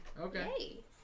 Okay